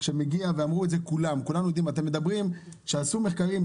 אתם אומרים שעשו מחקרים,